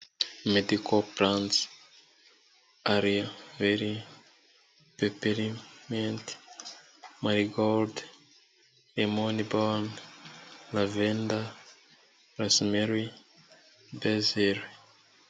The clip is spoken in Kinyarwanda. medicoplce a veri peperment margold lemon bonla venda rosmery bezel